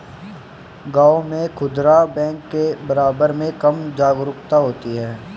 गांव में खूदरा बैंक के बारे में कम जागरूकता होती है